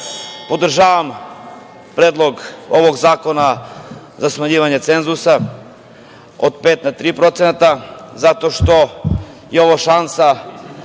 podržavam Predlog ovog zakona za smanjivanje cenzusa od pet na tri procenata, zato što je ovo šansa